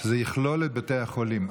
שזה יכלול את בתי החולים.